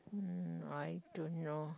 mm I don't know